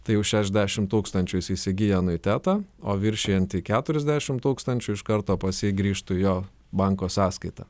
tai jau šešdešimt tūkstančių jis įsigyja anuitetą o viršijanti keturiasdešimt tūkstančių iš karto pas jį grįžtų į jo banko sąskaitą